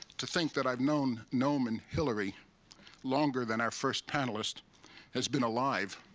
to think that i've known noam and hilary longer than our first panelist has been alive.